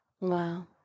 Wow